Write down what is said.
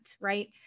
right